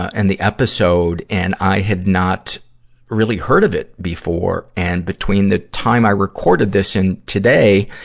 and the episode. and i had not really heard of it before. and between the time i recorded this and today,